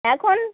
এখন